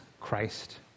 Christ